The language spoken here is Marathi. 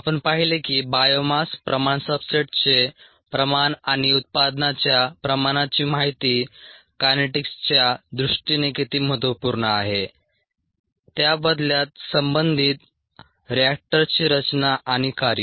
आपण पाहिले की बायोमास प्रमाण सबस्ट्रेटचे प्रमाण आणि उत्पादनाच्या प्रमाणाची माहिती कायनेटिक्सच्या दृष्टीने किती महत्त्वपूर्ण आहे त्या बदल्यात संबंधित रिएक्टर्सची रचना आणि कार्य